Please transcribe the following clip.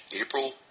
April